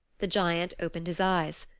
the giant opened his eyes.